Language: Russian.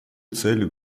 целью